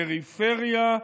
פריפריה,